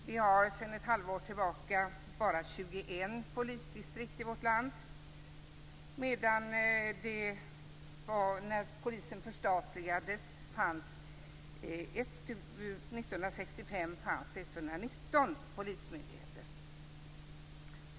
Vi har sedan ett halvår tillbaka bara 21 polisdistrikt i vårt land. När polisen förstatligades 1965 fanns det 119 polismyndigheter.